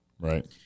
Right